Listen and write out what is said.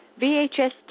VHS